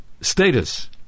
status